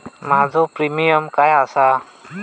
माझो प्रीमियम काय आसा?